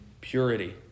purity